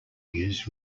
used